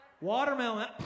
Watermelon